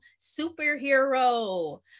superhero